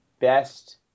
best